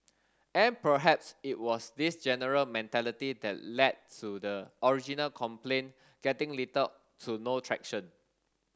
and perhaps it was this general mentality that led to the original complaint getting little to no traction